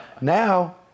Now